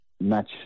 match